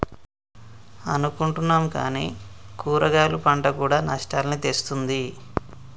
అనుకుంటున్నాం కానీ కూరగాయలు పంట కూడా నష్టాల్ని తెస్తుంది